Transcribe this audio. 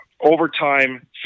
overtime